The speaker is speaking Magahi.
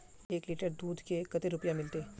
एक लीटर दूध के कते रुपया मिलते?